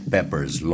Pepper's